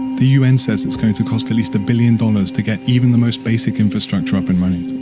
the un says it's going to cost at least a billion dollars to get even the most basic infrastructure up and running.